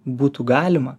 būtų galima